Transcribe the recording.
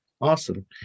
awesome